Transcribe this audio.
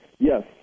Yes